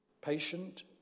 patient